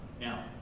Now